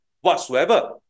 whatsoever